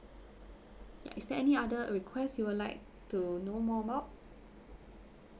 ya is there any other requests you will like to know more about